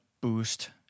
boost